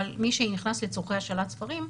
אבל מי שנכנס לצורכי השאלת ספרים,